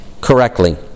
correctly